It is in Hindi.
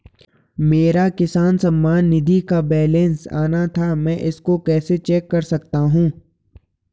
मेरा किसान सम्मान निधि का बैलेंस आना था मैं इसको कैसे चेक कर सकता हूँ?